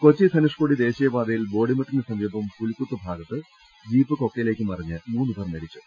കൊച്ചി ധനുഷ്ക്കോടി ദേശീയ പാതയിൽ ബോഡിമെട്ടിനു സമീപം പുലിക്കുത്തു ഭാഗത്ത് ജീപ്പ് കൊക്കയിലേക്ക് മറിഞ്ഞ് മൂന്ന് പേർ മരിച്ചു